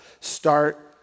Start